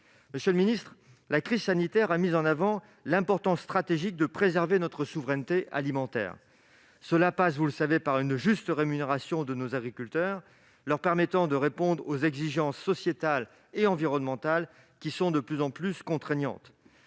Monsieur le ministre, la crise sanitaire a mis en avant l'importance stratégique de préserver notre souveraineté alimentaire. Cela passe, vous le savez, par une juste rémunération de nos agriculteurs, leur permettant de répondre aux exigences sociétales et environnementales de plus en plus contraignantes.